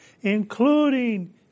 including